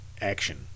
action